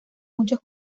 muchos